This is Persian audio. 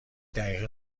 دقیقه